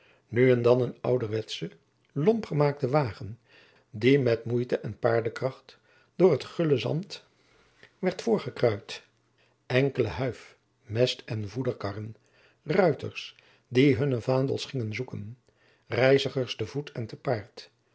nu en dan een ouderwetsche lompgemaakte wagen die met moeite en paardenkracht door het gulle zand werd voortgekruid enkele huif mest of voederkarren ruiters die hunne vaandels gingen zoeken reizigers te voet en te paard